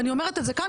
ואני אומרת את זה כאן,